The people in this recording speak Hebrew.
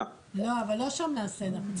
לא, אבל לא שם נעשה את זה.